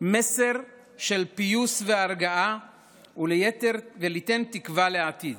מסר של פיוס והרגעה וליתן תקווה לעתיד.